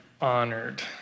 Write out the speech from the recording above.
honored